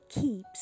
keeps